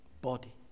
body